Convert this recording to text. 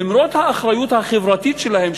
למרות האחריות החברתית שלהם,